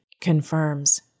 confirms